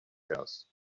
house